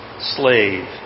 slave